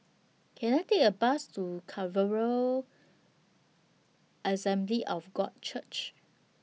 Can I Take A Bus to Assembly of God Church